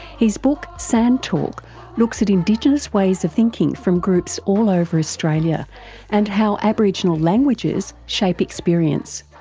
his book sand talk looks at indigenous ways of thinking from groups all over australia and how aboriginal languages shape experience.